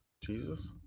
Jesus